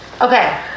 okay